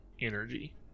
energy